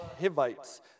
Hivites